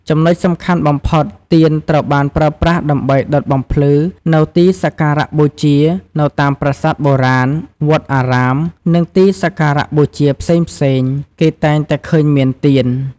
ចំណុចសំខាន់បំផុត ទៀនត្រូវបានប្រើប្រាស់ដើម្បីដុតបំភ្លឺនៅទីសក្ការៈបូជា នៅតាមប្រាសាទបុរាណ វត្តអារាម និងទីសក្ការៈបូជាផ្សេងៗ គេតែងតែឃើញមានទៀន។